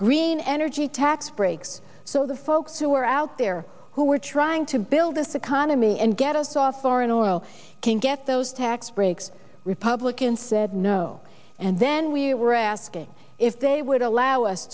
green energy tax breaks so the folks who are out there who are trying to build us the khana me and get us off foreign oil can get those tax breaks republicans said no and then we were asking if they would allow us